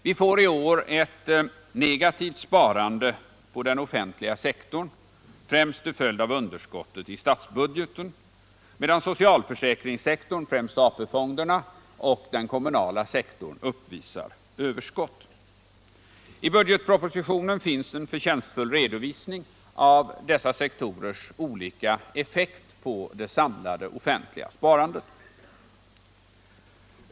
Vi får i år ett negativt sparande på den offentliga sektorn, främst till följd av underskottet i statsbudgeten, medan socialförsäkringssektorn, främst AP fonderna, och den kommunala sektorn uppvisar överskott. I budgetpropositionen finns en förtjänstfull redovisning av dessa sektorers olika effekt på det samlade offentliga sparandet.